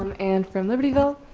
and from libertyville,